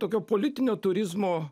tokio politinio turizmo